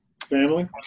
Family